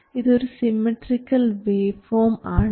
ഇതൊരു symmetrical waveform ആണ്